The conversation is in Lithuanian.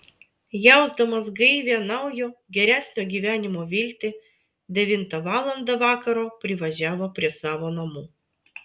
jausdamas gaivią naujo geresnio gyvenimo viltį devintą valandą vakaro privažiavo prie savo namų